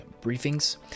Briefings